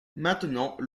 maintenant